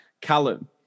Callum